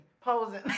posing